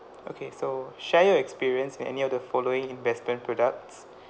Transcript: okay so share your experience in any of the following investment products